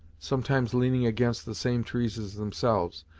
sometimes leaning against the same trees as themselves,